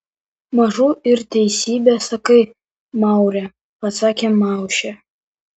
mažu ir teisybę sakai maure pasakė maušė